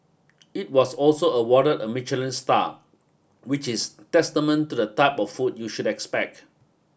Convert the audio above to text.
it was also awarded a Michelin Star which is testament to the type of food you should expect